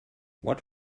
what